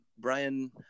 Brian